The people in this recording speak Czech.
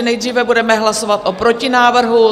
Nejdříve budeme hlasovat o protinávrhu.